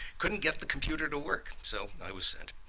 couldn't get the computer to work. so i was sent.